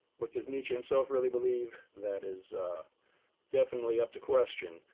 what does nietzsche himself really believe, that is definitely up to question.